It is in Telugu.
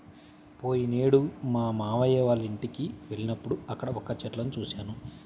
పోయినేడు మా మావయ్య వాళ్ళింటికి వెళ్ళినప్పుడు అక్కడ వక్క చెట్లను చూశాను